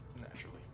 Naturally